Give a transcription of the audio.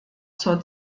zur